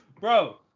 bro